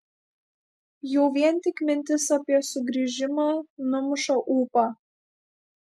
jau vien tik mintis apie sugrįžimą numuša ūpą